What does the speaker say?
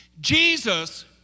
Jesus